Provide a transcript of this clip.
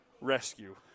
Rescue